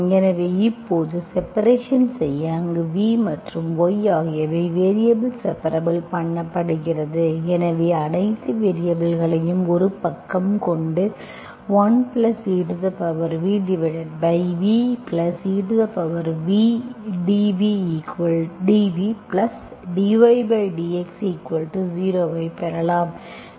எனவே இப்போது செப்பரேஷன் செய்ய அங்கு v மற்றும் y ஆகியவை வேரியபல் செபரபுல் பண்ணப்படுகின்றன எனவே அனைத்து v வேரியபல்களையும் ஒரு பக்கம் கொண்டு 1evvevdvdyy0 ஐப் பெறலாம்